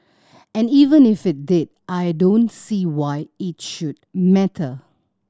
and even if it did I don't see why it should matter